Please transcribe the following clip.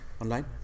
Online